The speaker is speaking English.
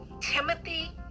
Timothy